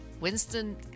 winston